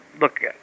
Look